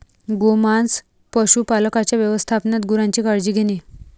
गोमांस पशुपालकांच्या व्यवस्थापनात गुरांची काळजी घेणे